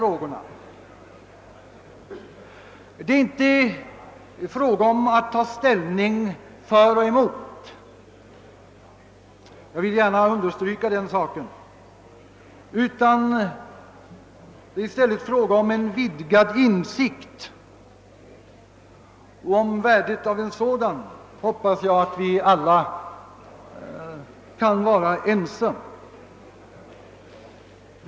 Jag vill understryka att det inte rör sig om att ta ställning för eller emot utan det är i stället fråga om en vidgad insikt, och om värdet härav hoppas jag att vi alla är överens.